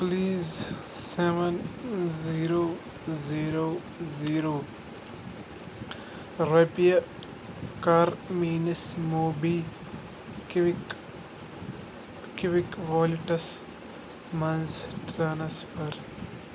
please seven zero zero zero رۄپیہِ کَر میٲنِس موبی کُوِک کُوِک ویلٹس مَنٛز ٹرانسفر